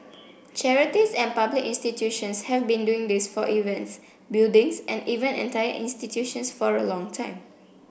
charities and public institutions have been doing this for events buildings and even entire institutions for a long time